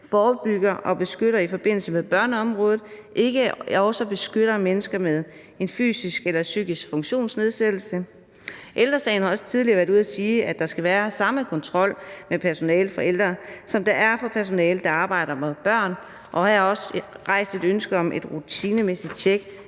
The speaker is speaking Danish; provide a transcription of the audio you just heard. forebygger og beskytter på børneområdet, også beskytter mennesker med en fysisk eller psykisk funktionsnedsættelse. Ældre Sagen har også tidligere været ude at sige, at der skal være samme kontrol med personalet for ældre, som der er med personalet, der arbejder med børn. Og her er der også rejst et ønske om et rutinemæssigt tjek